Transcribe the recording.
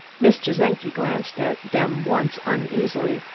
mr. czenki glanced at them once uneasily,